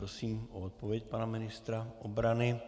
Prosím o odpověď pana ministra obrany.